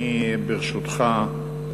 ברשותך,